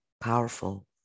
powerful